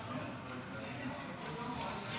אדוני היושב-ראש,